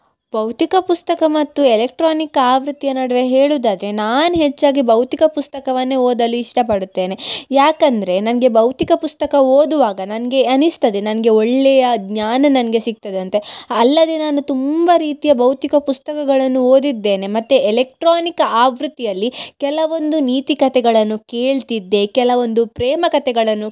ಭೌತಿಕ ಪುಸ್ತಕ ಮತ್ತು ಎಲೆಕ್ಟ್ರಾನಿಕ್ ಆವೃತ್ತಿಯ ನಡುವೆ ಹೇಳುದಾದರೆ ನಾನು ಹೆಚ್ಚಾಗಿ ಭೌತಿಕ ಪುಸ್ತಕವನ್ನೇ ಓದಲು ಇಷ್ಟಪಡುತ್ತೇನೆ ಯಾಕಂದರೆ ನನಗೆ ಭೌತಿಕ ಪುಸ್ತಕ ಓದುವಾಗ ನನಗೆ ಅನ್ನಿಸ್ತದೆ ನನಗೆ ಒಳ್ಳೆಯ ಜ್ಞಾನ ನನಗೆ ಸಿಗ್ತದೆ ಅಂತ ಅಲ್ಲದೆ ನಾನು ತುಂಬ ರೀತಿಯ ಭೌತಿಕ ಪುಸ್ತಕಗಳನ್ನು ಓದಿದ್ದೇನೆ ಮತ್ತು ಎಲೆಕ್ಟ್ರಾನಿಕ್ ಆವೃತ್ತಿಯಲ್ಲಿ ಕೆಲವೊಂದು ನೀತಿಕತೆಗಳನ್ನು ಕೇಳ್ತಿದ್ದೆ ಕೆಲವೊಂದು ಪ್ರೇಮಕತೆಗಳನ್ನು